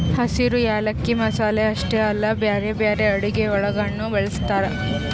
ಹಸಿರು ಯಾಲಕ್ಕಿ ಮಸಾಲೆ ಅಷ್ಟೆ ಅಲ್ಲಾ ಬ್ಯಾರೆ ಬ್ಯಾರೆ ಅಡುಗಿ ಒಳಗನು ಬಳ್ಸತಾರ್